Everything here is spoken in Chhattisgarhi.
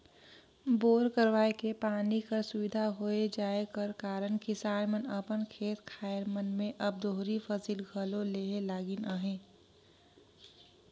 बोर करवाए के पानी कर सुबिधा होए जाए कर कारन किसान मन अपन खेत खाएर मन मे अब दोहरी फसिल घलो लेहे लगिन अहे